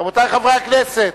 רבותי חברי הכנסת,